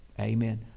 Amen